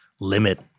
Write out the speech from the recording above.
limit